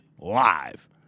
live